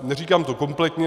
Neříkám to kompletně.